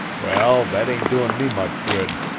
well, that ain't doin' me much good.